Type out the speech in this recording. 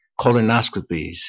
Colonoscopies